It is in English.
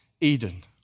Eden